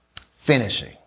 Finishing